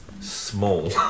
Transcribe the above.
small